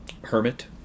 hermit